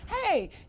hey